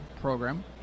program